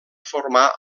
formar